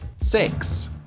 Six